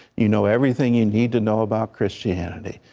you know everything you need to know about christianity.